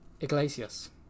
Iglesias